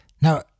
Now